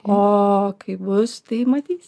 o kaip bus tai matysim